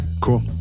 cool